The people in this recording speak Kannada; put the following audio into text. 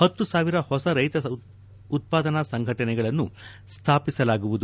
ಹತ್ತು ಸಾವಿರ ಹೊಸ ರೈತ ಉತ್ಪಾದನಾ ಸಂಘಟನೆಗಳನ್ನು ಸ್ವಾಪಿಸಲಾಗುವುದು